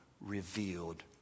revealed